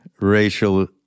racial